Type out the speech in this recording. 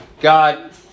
God